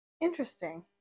Interesting